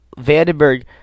Vandenberg